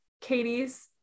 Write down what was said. Katie's